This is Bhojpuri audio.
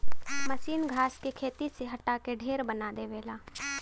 मसीन घास के खेत से हटा के ढेर बना देवला